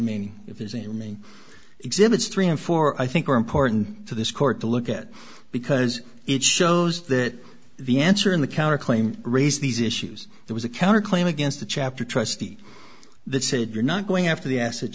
mean if there's a me exhibits three and four i think are important to this court to look at because it shows that the answer in the counterclaim raise these issues there was a counter claim against the chapter trustee that said you're not going after the asset